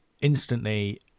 instantly